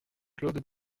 claude